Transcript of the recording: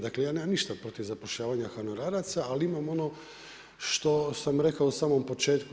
Dakle ja nemam ništa protiv zapošljavanja honoraraca, ali imam ono što sam rekao u samom početku.